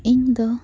ᱤᱧᱫᱚ